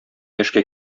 яшькә